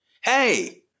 Hey